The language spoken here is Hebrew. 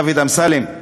דוד אמסלם,